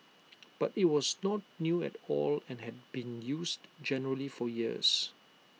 but IT was not new at all and had been used generally for years